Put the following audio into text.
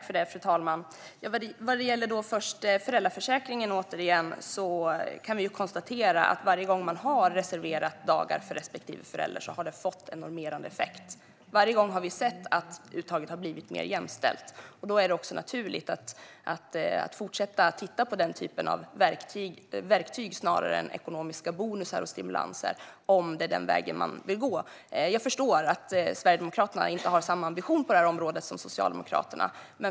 Fru talman! När det gäller föräldraförsäkringen kan vi ju konstatera att varje gång man har reserverat dagar för respektive förälder så har det fått en normerande effekt. Varje gång har vi sett att uttaget har blivit mer jämställt, och om det är den vägen man vill gå är det också naturligt att fortsätta att titta på den typen av verktyg snarare än ekonomiska bonusar och stimulanser. Jag förstår att Sverigedemokraterna inte har samma ambition på det här området som Socialdemokraterna.